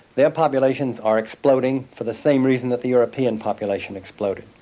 their populations are exploding for the same reason that the european population exploded.